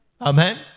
Amen